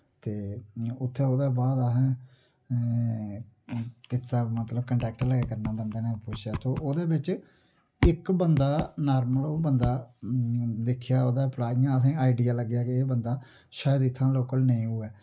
ते इ'यां उत्थै ओह्दे बाद असें कीता मतलब कांटैक्ट लगे करन बंदे नै पुच्छेआ ते ओह्दे बिच्च इक बंदा नार्मल ओह् बंदा दिक्खेआ ओह्दे थोह्ड़ा इ'यां असें आइडिया लग्गेआ के एह् बंदा शायद इत्थुआं दा लोकल नेईं होऐ